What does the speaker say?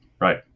Right